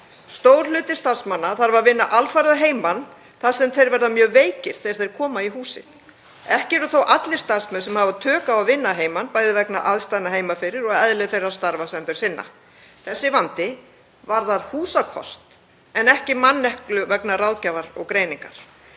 Stór hluti starfsmanna þarf að vinna alfarið að heiman þar sem þeir verða mjög veikir þegar þeir koma í húsið. Ekki eru þó allir starfsmenn sem hafa tök á að vinna að heiman, bæði vegna aðstæðna heima fyrir og eðli þeirra starfa sem þeir sinna. Þessi vandi varðar húsakost en ekki manneklu vegna ráðgjafar og greiningar.